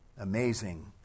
Amazing